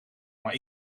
maar